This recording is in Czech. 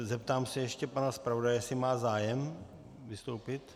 Zeptám se ještě pana zpravodaje, jestli má zájem vystoupit.